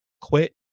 quit